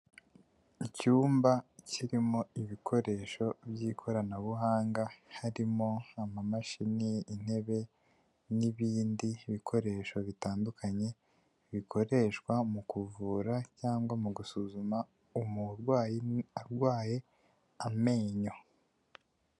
Icyumba kirimo ibikoresho by'ikoranabuhanga harimo amamashini, intebe n'ibindi bikoresho bitandukanye bikoreshwa mu kuvura cyangwa mu gusuzuma umurwayi urwaye amenyo.